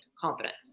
confident